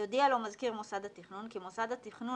יודיע לו מזכיר מוסד התכנון כי מוסד התכנון